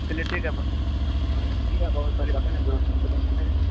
چلیے ٹھیک ہے اب ٹھیک ہے بہت ساری باتیں ہیں جو سن رہے